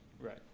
right